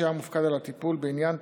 שהיה מופקד על הטיפול בעניין,